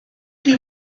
chi